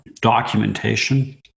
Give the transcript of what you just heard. documentation